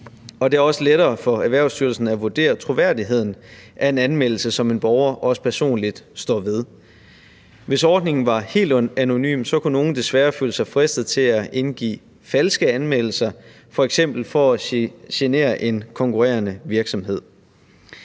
det er også lettere for Erhvervsstyrelsen at vurdere troværdigheden af en anmeldelse, som en borger også står personligt ved. Hvis ordningen var helt anonym, kunne nogle desværre føle sig fristet til at indgive falske anmeldelser f.eks. for at genere en konkurrerende virksomhed.